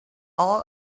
all